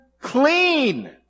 clean